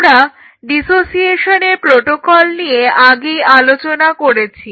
আমরা ডিসোসিয়েশনের প্রটোকল নিয়ে আগেই আলোচনা করেছি